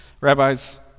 Rabbis